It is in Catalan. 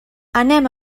anem